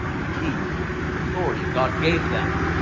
the keys of authority god gave them.